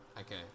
Okay